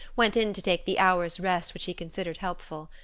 went in to take the hour's rest which she considered helpful.